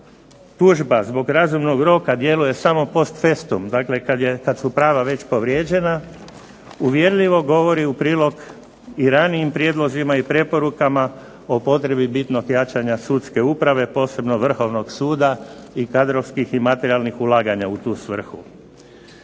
tužba zbog razumnog roka djeluje samo post festum, dakle kad su prava već povrijeđena uvjerljivo govori u prilog i ranijim prijedlozima i preporukama o potrebi bitnog jačanja sudske uprave posebno Vrhovnog suda i kadrovskih i materijalnih ulaganja u tu svrhu.